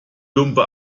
plumpe